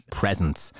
presence